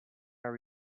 are